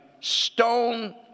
stone